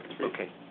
Okay